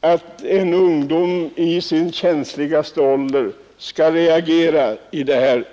att de unga reagerar.